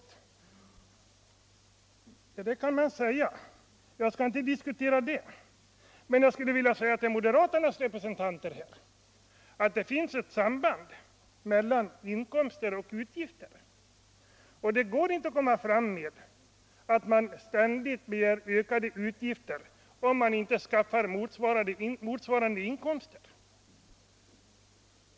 Det där kan man säga, och jag skall inte diskutera det. Men jag skulle vilja erinra moderaternas representanter här om att det finns ett samband mellan inkomster och utgifter. Det går inte att komma fram genom att man ständigt begär ökade utgifter, om man inte skaffar motsvarande inkomster.